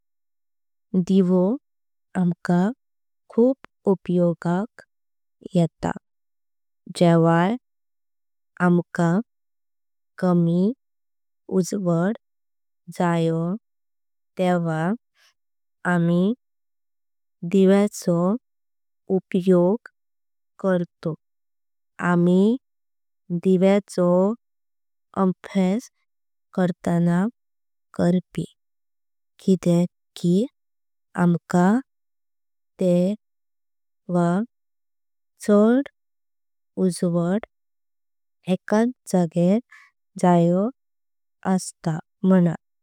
दिवो आमका खूब उपयोगाक येता। जेवय आमका कामी उजवाड जायत। आसता तेव्हा आमी दिव्याचो उपयोग करतो। आमी दिव्याचो उपयोग अभ्यास करताना। करपी किदेक कि आमका ते चड उजवत। एकट जायत जात आसता म्हानं।